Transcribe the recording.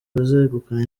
bazegukana